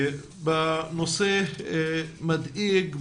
בנושא מדאיג,